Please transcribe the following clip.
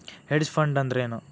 Hedge fund ಅಂದ್ರೇನು?